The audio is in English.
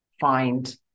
find